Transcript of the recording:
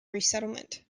resettlement